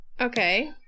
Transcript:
Okay